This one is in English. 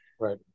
Right